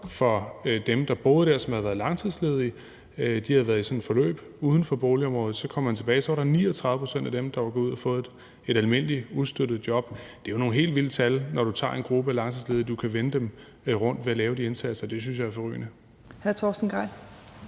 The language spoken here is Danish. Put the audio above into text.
for dem, der boede der, og som havde været langtidsledige. De havde været i sådan et forløb uden for boligområdet, så kom de tilbage, og så var der 39 pct. af dem, der var gået ud og havde fået et almindeligt, ustøttet job. Det er jo nogle helt vilde tal. At du, når du tager en gruppe af langtidsledige, kan vende dem rundt ved at lave de indsatser, synes jeg er forrygende.